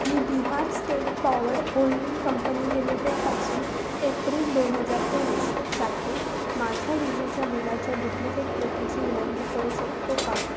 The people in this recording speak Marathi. मी Bihar state power holding company लिमिटेडपासून एप्रिल दोन हजार तेवीससाठी माझ्या विजेच्या बिलाच्या डुप्लिकेट प्रतीची विनंती करू शकतो का